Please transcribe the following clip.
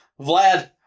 Vlad